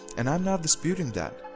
and i'm not disputing that.